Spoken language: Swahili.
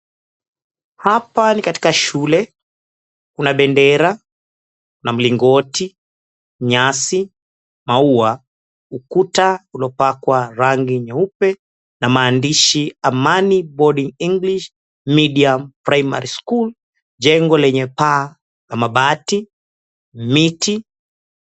Hapa ni katika shule. Kuna bendera, na mlingoti, nyasi, maua, ukuta uliopakwa rangi nyeupe na maandishi Amani Boarding English Medium Primary School, jengo lenye paa la mabati, miti.